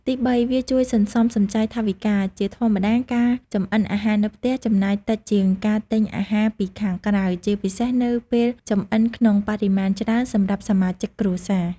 ទីបី វាជួយ សន្សំសំចៃថវិកា ជាធម្មតាការចម្អិនអាហារនៅផ្ទះចំណាយតិចជាងការទិញអាហារពីខាងក្រៅ ជាពិសេសនៅពេលចម្អិនក្នុងបរិមាណច្រើនសម្រាប់សមាជិកគ្រួសារ។